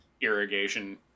irrigation